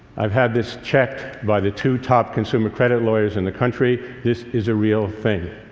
i've had this checked by the two top consumer credit lawyers in the country. this is a real thing.